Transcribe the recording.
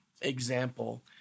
example